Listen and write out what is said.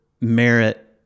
merit